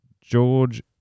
George